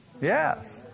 Yes